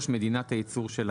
מדינת הייצור של הרכב.